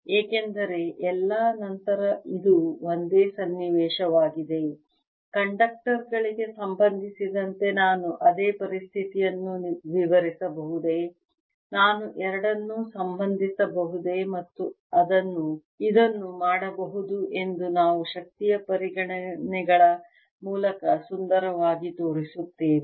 ಏಕೆಂದರೆ ಎಲ್ಲಾ ನಂತರ ಇದು ಒಂದೇ ಸನ್ನಿವೇಶವಾಗಿದೆ ಕಂಡಕ್ಟರ್ ಗಳಿಗೆ ಸಂಬಂಧಿಸಿದಂತೆ ನಾನು ಅದೇ ಪರಿಸ್ಥಿತಿಯನ್ನು ವಿವರಿಸಬಹುದೇ ನಾನು ಎರಡನ್ನು ಸಂಬಂಧಿಸಬಹುದೇ ಮತ್ತು ಇದನ್ನು ಮಾಡಬಹುದು ಎಂದು ನಾವು ಶಕ್ತಿಯ ಪರಿಗಣನೆಗಳ ಮೂಲಕ ಸುಂದರವಾಗಿ ತೋರಿಸುತ್ತೇವೆ